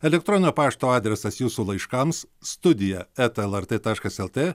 elektroninio pašto adresas jūsų laiškams studija eta lrt taškas lt